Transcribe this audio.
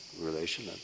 relation